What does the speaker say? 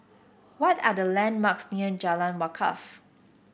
what are the landmarks near Jalan Wakaff